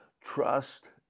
trust